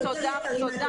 תודה.